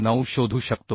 2439 शोधू शकतो